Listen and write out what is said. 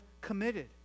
committed